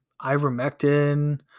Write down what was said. ivermectin